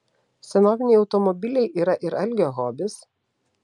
senoviniai automobiliai yra ir algio hobis